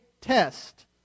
test